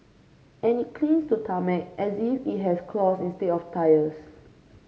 and it clings to tarmac as if it has claws instead of tyres